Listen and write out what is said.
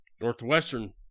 Northwestern